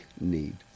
need